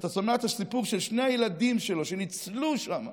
אתה שומע את הסיפור של שני הילדים שלו שניצלו שם.